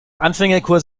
anfängerkurs